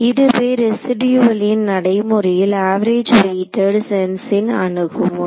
இதுவே ரெசிடியுவளின் நடைமுறையில் அவரேஜ் வெயிட்டட் சென்ஸின் அணுகுமுறை